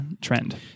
trend